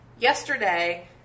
yesterday